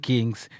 Kings